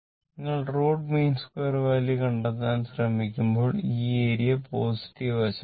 നിങ്ങൾ root mean square value കണ്ടെത്താൻ ശ്രമിക്കുമ്പോൾ ഈ ഏരിയ പോസിറ്റീവ് വശമാണ്